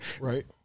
right